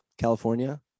California